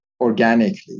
organically